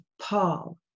Paul